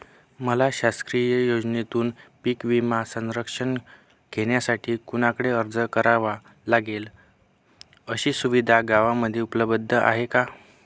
मला शासकीय योजनेतून पीक विमा संरक्षण घेण्यासाठी कुणाकडे अर्ज करावा लागेल? अशी सुविधा गावामध्ये उपलब्ध असते का?